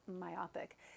myopic